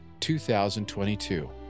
2022